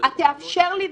תאפשר לי,